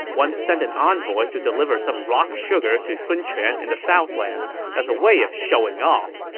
once sent an envoy to deliver some rock sugar to sun quan in the southlands as a way of showing off.